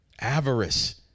avarice